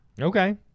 Okay